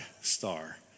star